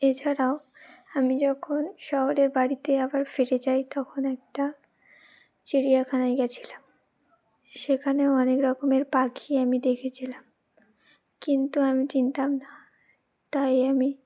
এছাড়াও আমি যখন শহরের বাড়িতে আবার ফিরে যাই তখন একটা চিড়িয়াখানায় গেছিলাম সেখানেও অনেক রকমের পাখি আমি দেখেছিলাম কিন্তু আমি চিনতাম না তাই আমি